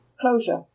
closure